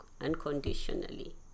unconditionally